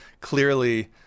clearly